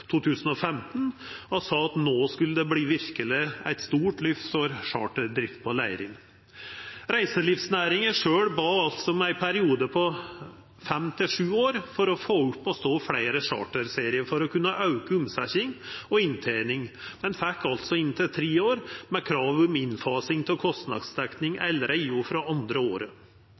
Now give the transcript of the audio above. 2015 og sa at det verkeleg skulle verta eit stort lyft for charterdrift på Leirin. Reiselivsnæringa sjølv bad om ein periode på fem–sju år for å få fleire charterseriar opp og stå, for å kunna auka omsetjinga og innteninga, men fekk altså inntil tre år, med krav om innfasing av kostnadsdekking allereie frå andre året.